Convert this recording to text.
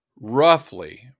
Roughly